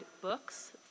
books